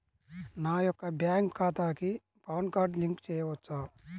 నా యొక్క బ్యాంక్ ఖాతాకి పాన్ కార్డ్ లింక్ చేయవచ్చా?